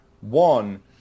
one